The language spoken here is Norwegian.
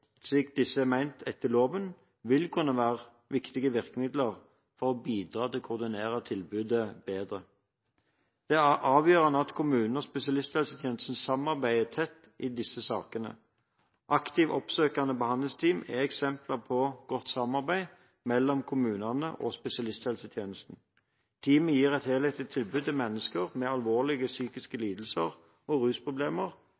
disse er ment etter loven, vil kunne være viktige virkemidler for å bidra til å koordinere tilbudet bedre. Det er avgjørende at kommunene og spesialisthelsetjenesten samarbeider tett i disse sakene. Aktivt oppsøkende behandlingsteam er eksempler på godt samarbeid mellom kommunene og spesialisthelsetjenesten. Teamet gir et helhetlig tilbud til mennesker med alvorlige psykiske